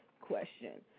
question